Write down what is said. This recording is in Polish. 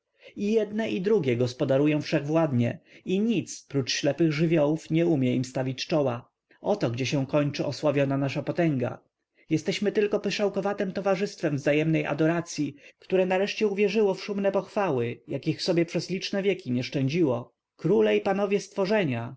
i jedne i drugie gospodarują wszechwładnie i nic prócz ślepych żywiołów nie umie im stawić czoła oto gdzie się kończy osławiona nasza potęga jesteśmy tylko pyszałkowatem towarzystwem wzajemnej adoracyi które nareszcie uwierzyło w szumne pochwały jakich sobie przez liczne wieki nie szczędziło króle i panowie stworzenia